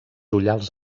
ullals